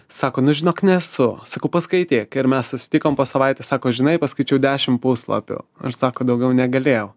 sako nu žinok nesu sakau paskaityk ir mes susitikom po savaitės sako žinai paskaičiau dešimt puslapių ir sako daugiau negalėjau